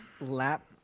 lap